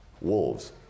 wolves